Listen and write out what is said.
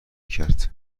کرد